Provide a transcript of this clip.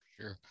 sure